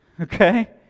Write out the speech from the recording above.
Okay